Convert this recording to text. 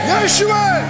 Yeshua